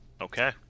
Okay